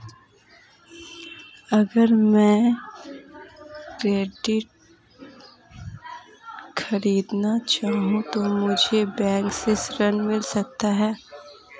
अगर मैं ट्रैक्टर खरीदना चाहूं तो मुझे बैंक से ऋण मिल सकता है?